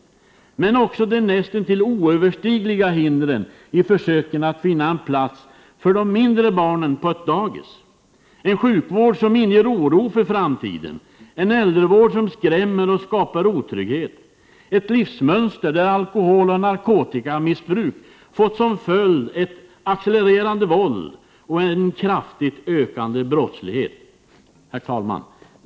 Det är också de näst intill oöverstigliga hindren i försöken att finna en plats för de mindre barnen på ett dagis, en sjukvård som inger oro för framtiden, en äldrevård som skrämmer och skapar otrygghet, ett livsmönster där alkoholoch narkotikamissbruk har fått som följd ett accelererande våld och en kraftigt ökande brottslighet. Herr talman!